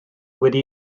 wedi